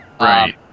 Right